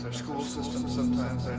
school systems sometimes,